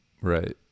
Right